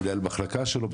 את מנהל המחלקה שלו,